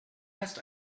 heißt